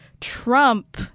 Trump